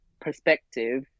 perspective